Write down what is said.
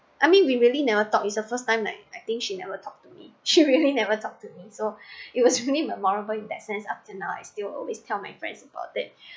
I mean we really never talk is the first time like I think she never talk to me she really never talk to me so it was really memorable in that sense until now I still always tell my friends about it